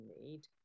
need